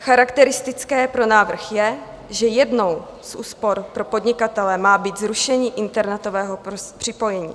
Charakteristické pro návrh je, že jednou z úspor pro podnikatele má být zrušení internetového připojení.